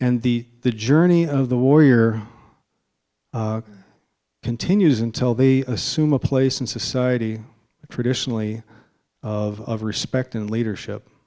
and the the journey of the warrior continues until they assume a place in society traditionally of respect and leadership